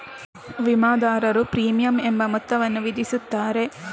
ವಿಮಾದಾರರು ಪ್ರೀಮಿಯಂ ಎಂಬ ಮೊತ್ತವನ್ನು ವಿಧಿಸುತ್ತಾರೆ